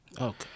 Okay